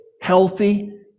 healthy